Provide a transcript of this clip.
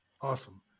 awesome